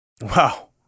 Wow